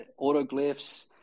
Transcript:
Autoglyphs